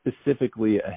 specifically